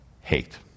hate